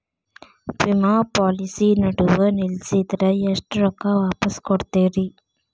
ವಿಮಾ ಪಾಲಿಸಿ ನಡುವ ನಿಲ್ಲಸಿದ್ರ ಎಷ್ಟ ರೊಕ್ಕ ವಾಪಸ್ ಕೊಡ್ತೇರಿ?